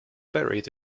buried